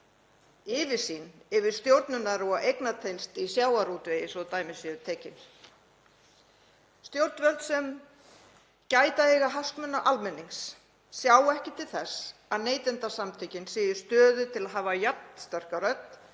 yfirsýn yfir stjórnunar- og eignatengsl í sjávarútvegi, svo dæmi séu tekin. Stjórnvöld sem gæta eiga hagsmuna almennings sjá ekki til þess að Neytendasamtökin séu í stöðu til að hafa jafn sterka rödd